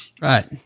right